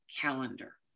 calendar